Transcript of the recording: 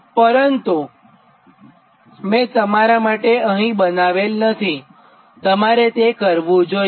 તમે પરંતુ મેં તે તમારા માટે બનાવ્યું નથી તમારે તે કરવું જોઈએ